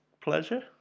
pleasure